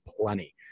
plenty